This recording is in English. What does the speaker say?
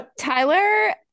Tyler